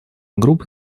групп